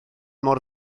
mor